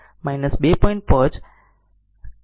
5 t 15 0